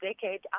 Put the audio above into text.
decade